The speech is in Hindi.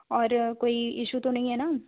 और कोई इशू तो नहीं है ना